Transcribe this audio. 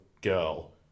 girl